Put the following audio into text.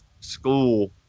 school